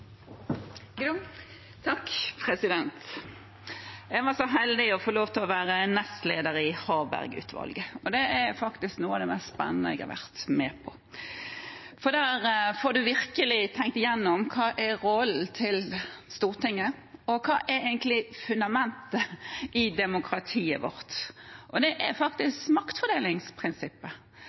Jeg var så heldig å få lov til å være nestleder i Harberg-utvalget. Det er faktisk noe av det mest spennende jeg har vært med på. Der fikk man virkelig tenkt igjennom hva rollen til Stortinget er, og hva fundamentet i demokratiet vårt egentlig er. Det er faktisk maktfordelingsprinsippet.